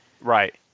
right